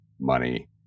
money